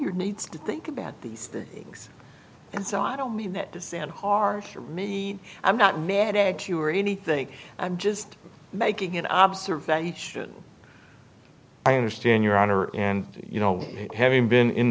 your needs to think about these things and so i don't mean that this and hard for me i'm not medicate you or anything i'm just making an observation i understand your honor and you know having been in